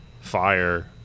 fire